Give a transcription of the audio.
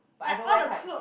but I don't wear tights